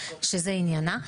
שזה עניינה.